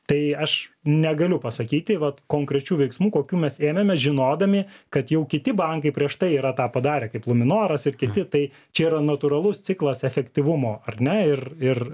tai aš negaliu pasakyti vat konkrečių veiksmų kokių mes ėmėmės žinodami kad jau kiti bankai prieš tai yra tą padarę kaip luminoras ir kiti tai čia yra natūralus ciklas efektyvumo ar ne ir ir